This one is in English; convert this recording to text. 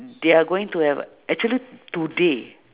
they are going to have actually today